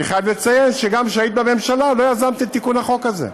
אני חייב לציין שגם כשהיית בממשלה לא יזמת את תיקון החוק הזה.